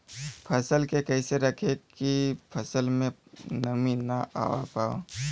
फसल के कैसे रखे की फसल में नमी ना आवा पाव?